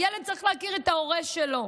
הילד צריך להכיר את ההורה שלו.